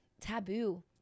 taboo